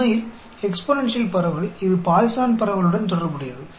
दरअसल exponential distribution यह Poisson distribution हैं